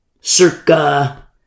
circa